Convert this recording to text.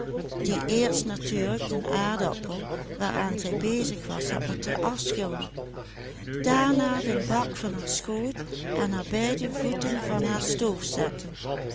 had moeten afschillen daarna den bak van haar schoot en haar beide voeten van haar